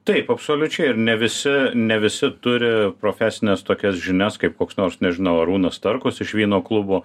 taip absoliučiai ir ne visi ne visi turi profesines tokias žinias kaip koks nors nežinau arūnas starkus iš vyno klubo